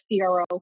CRO